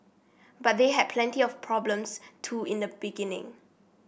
but they had plenty of problems too in the beginning